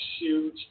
huge